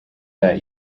that